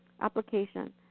Application